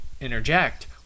interject